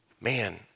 Man